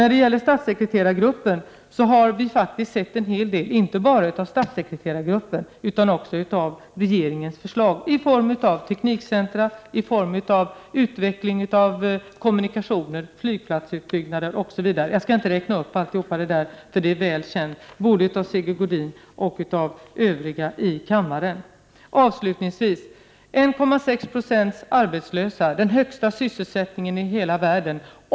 När det gäller statssekreterargruppen har vi sett en hel del, inte bara av statssekreterargruppen utan också av regeringens förslag i form av teknikcentra, utveckling av kommunikationer, flygplatsutbyggnader, osv. Jag skall inte räkna upp allt detta, eftersom det är väl känt både av Sigge Godin och av övriga i kammaren. Avslutningsvis vill jag säga att Sverige har 1,6 90 arbetslöshet. Sverige har alltså den högsta sysselsättningen i hela världen.